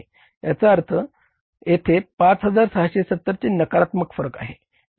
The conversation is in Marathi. याचा अर्थ येथे 5670 चे नकारात्मक फरक आहे